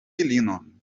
filinon